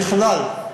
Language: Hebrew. ככלל,